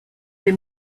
they